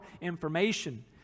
information